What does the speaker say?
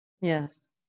yes